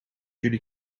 jullie